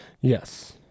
Yes